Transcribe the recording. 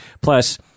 Plus